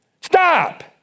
Stop